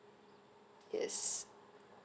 yes